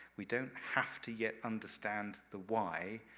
we don't have to yet understand the why,